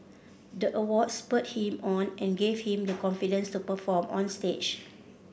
the award spurred him on and gave him the confidence to perform on stage